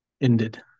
ended